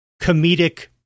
comedic